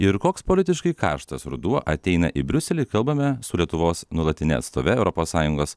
ir koks politiškai karštas ruduo ateina į briuselį kalbame su lietuvos nuolatine atstove europos sąjungos